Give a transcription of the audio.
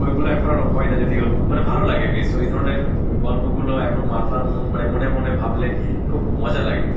ওইগুলো এখন আরও হয় না যদিও মানে ভালো লাগে বেশ ওই ধরনের গল্পগুলো এখন মাথার মানে মনে মনে ভাবলে খুব মজা লাগে